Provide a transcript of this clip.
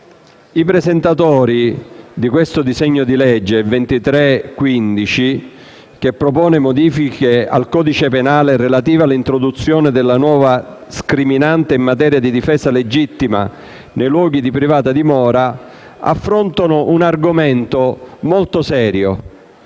i presentatori del disegno di legge n. 2315, che propone modifiche al codice penale relative all'introduzione della nuova scriminante in materia di difesa legittima nei luoghi di privata dimora, affrontano un argomento molto serio: